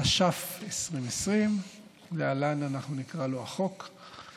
התש"ף 2020. להלן אנחנו נקרא לו: החוק.